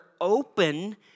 open